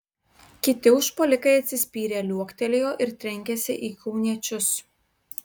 kiti užpuolikai atsispyrę liuoktelėjo ir trenkėsi į kauniečius